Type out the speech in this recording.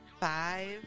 Five